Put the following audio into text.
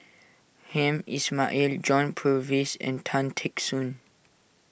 Hamed Ismail John Purvis and Tan Teck Soon